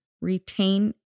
retain